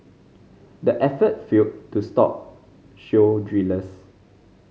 the effort failed to stop shale drillers